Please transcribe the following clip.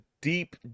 deep